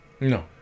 No